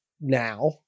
now